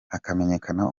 hakamenyekana